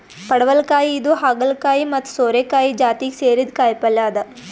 ಪಡವಲಕಾಯಿ ಇದು ಹಾಗಲಕಾಯಿ ಮತ್ತ್ ಸೋರೆಕಾಯಿ ಜಾತಿಗ್ ಸೇರಿದ್ದ್ ಕಾಯಿಪಲ್ಯ ಅದಾ